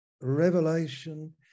Revelation